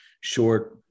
short